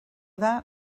that